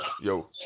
yo